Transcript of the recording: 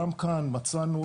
גם כאן מצאנו.